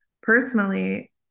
personally